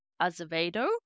Azevedo